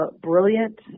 brilliant